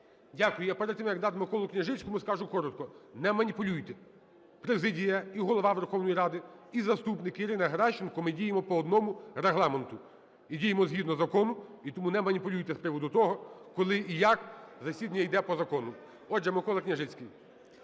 Дякую. Я перед тим, як дати Миколі Княжицькому, скажу коротко: не маніпулюйте. Президія і Голова Верховної Ради, і заступник Ірина Геращенко, ми діємо по одному Регламенту і діємо згідно закону. І тому не маніпулюйте з приводу того, коли і як, засідання іде по закону. Отже, Микола Княжицький.